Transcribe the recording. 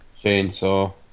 chainsaw